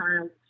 child